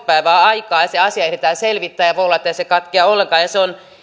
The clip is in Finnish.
päivää aikaa ja se asia ehditään selvittää ja voi olla ettei se katkea ollenkaan ja se on